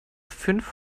fünf